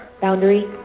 Boundary